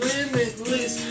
Limitless